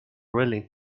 willing